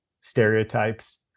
stereotypes